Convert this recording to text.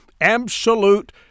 absolute